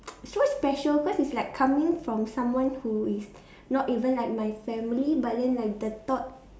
so much special cause it's like coming from someone who is not even like my family but then like the thought